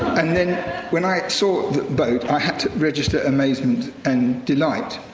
and then when i saw the boat, i had to register amazement and delight.